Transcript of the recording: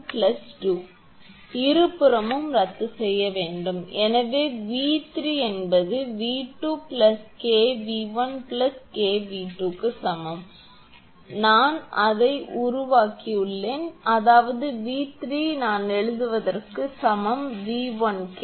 அதாவது இருபுறமும் ரத்து செய்யப்படும் எனவே 𝑉3 என்பது 𝑉2 𝐾𝑉1 𝐾𝑉2 க்கு சமம் அதாவது மன்னிக்கவும் நான் அதை உருவாக்கட்டும் அதாவது 𝑉3 நான் எழுதுவதற்கு சமம் 𝑉1𝐾